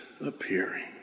appearing